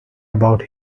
about